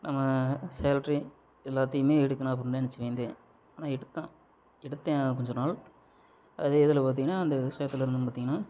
நம்ம சேல்ட்ரி எல்லாத்தையுமே எடுக்கணும் அப்படின்னு நினைச்சி பயந்தேன் ஆனால் எடுத்தேன் எடுத்தேன் கொஞ்ச நாள் அது எதில் பார்த்திங்கனா அந்த விவசாயத்தில் வந்து பார்த்திங்கனா